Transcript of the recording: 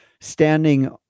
standing